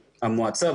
המועצה,